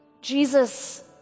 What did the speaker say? Jesus